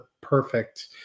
perfect